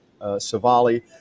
Savali